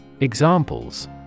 Examples